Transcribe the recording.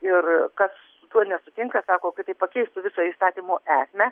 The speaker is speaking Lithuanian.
ir kas su tuo nesutinka sako kad tai pakeistų visą įstatymo esmę